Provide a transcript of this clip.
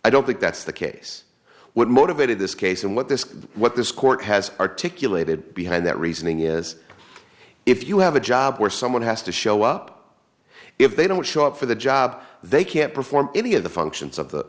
i don't think that's the case what motivated this case and what this what this court has articulated behind that reasoning is if you have a job where someone has to show up if they don't show up for the job they can't perform any of the functions of the